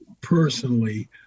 personally